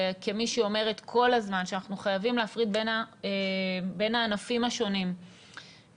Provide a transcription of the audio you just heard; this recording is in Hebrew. כמי שאומרת כל הזמן שאנחנו חייבים להפריד בין הענפים השונים ובאמת